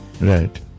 Right